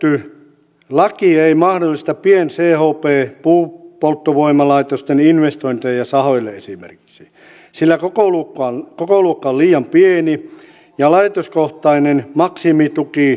säädetty laki ei esimerkiksi mahdollista pien chp puupolttovoimalaitosten investointeja sahoille sillä kokoluokka on liian pieni ja laitoskohtainen maksimituki liian pieni